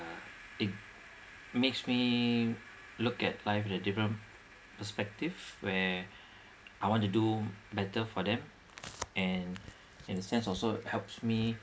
uh it makes me look at life in a different perspective where I want to do better for them and in a sense also helps me